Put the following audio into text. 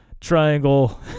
triangle